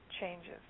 changes